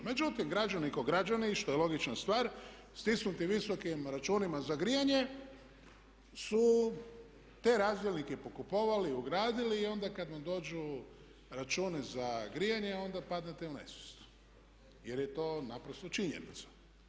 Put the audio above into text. Međutim, građani ko građani što je logična stvar stisnuti visokim računima za grijanje su te razdjelnike pokupovali, ugradili i onda kad vam dođu računi za grijanje onda padnete u nesvijest jer je to naprosto činjenica.